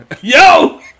Yo